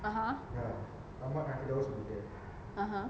(uh huh) (uh huh)